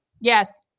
Yes